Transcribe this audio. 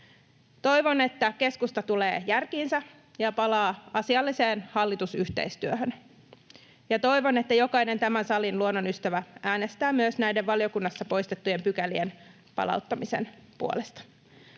Toivon, että keskusta tulee järkiinsä ja palaa asialliseen hallitusyhteistyöhön. Ja toivon, että jokainen tämän salin luonnonystävä äänestää myös näiden valiokunnassa poistettujen pykälien palauttamisen puolesta.